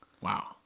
Wow